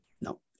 No